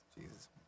Jesus